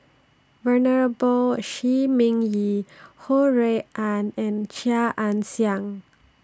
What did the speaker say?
Venerable Shi Ming Yi Ho Rui An and Chia Ann Siang